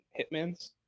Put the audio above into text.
Hitmans